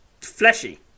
fleshy